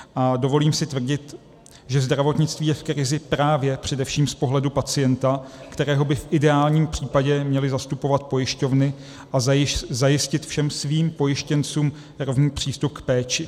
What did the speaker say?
A dovolím si tvrdit, že zdravotnictví je v krizi právě především z pohledu pacienta, kterého by v ideálním případě měly zastupovat pojišťovny, a zajistit všem svým pojištěncům rovný přístup k péči.